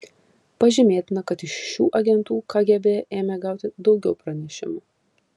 pažymėtina kad iš šių agentų kgb ėmė gauti daugiau pranešimų